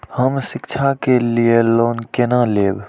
हम शिक्षा के लिए लोन केना लैब?